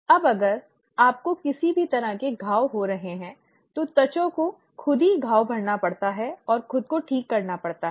अब अगर आपको किसी भी तरह के घाव हो रहे हैं तो त्वचा को खुद ही घाव भरना पड़ता है और खुद को ठीक करना पड़ता है